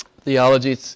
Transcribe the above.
theology